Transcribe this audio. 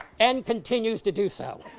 and continues to do so.